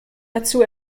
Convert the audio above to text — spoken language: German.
dazu